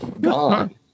gone